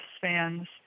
fans